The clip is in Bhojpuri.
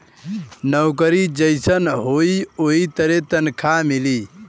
नउकरी जइसन होई वही तरे तनखा मिली